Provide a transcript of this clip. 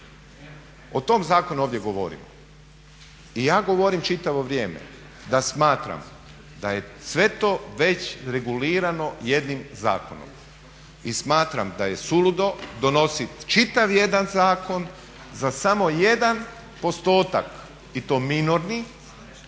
O tom zakonu ovdje govorimo. Ja govorim čitavo vrijeme da smatram da je sve to već regulirano jednim zakonom. I smatram da je suludo donositi čitav jedan zakon za samo jedan postotak, i to minorni,